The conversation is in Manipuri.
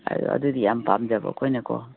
ꯑꯗꯨꯗꯤ ꯌꯥꯝ ꯄꯥꯝꯖꯕ ꯑꯩꯈꯣꯏꯅ ꯀꯣ